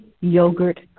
yogurt